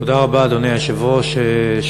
אדוני היושב-ראש, תודה רבה.